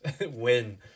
win